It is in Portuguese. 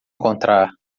encontrar